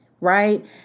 Right